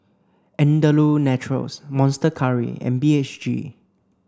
Andalou Naturals Monster Curry and B H G